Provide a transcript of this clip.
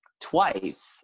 twice